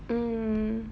mm